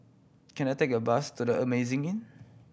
can I take a bus to The Amazing Inn